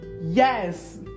Yes